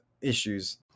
issues